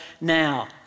now